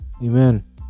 Amen